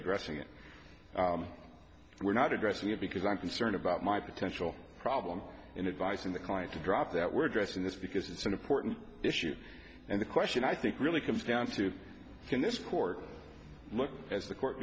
addressing it we're not addressing it because i'm concerned about my potential problem in advice in the client to drop that we're addressing this because it's an important issue and the question i think really comes down to finish court look as the court